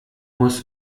muss